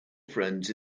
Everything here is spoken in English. friends